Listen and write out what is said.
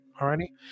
already